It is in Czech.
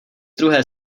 druhé